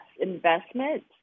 investment